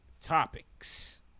Topics